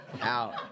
out